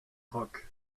rock